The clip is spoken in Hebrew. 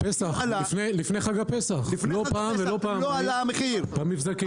לפני חג הפסח, לא פעם ולא פעמיים, במבזקים: